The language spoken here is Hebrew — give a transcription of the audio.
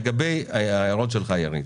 לגבי ההערות שלך יריב.